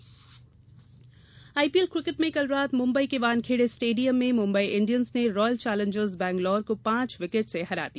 IPL IPL cricket में कल रात मुंबई के वानखेडे स्टेडियम में मुंबई इंडियन्स ने रॉयल चैलेंजर्स बैंगलौर को पांच विकेट से हरा दिया